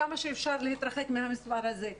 כמה שאפשר להתרחק מהמספר הזה.